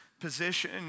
position